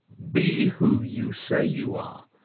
be who you say you are,